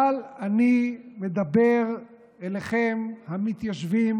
אבל אני מדבר אליכם, המתיישבים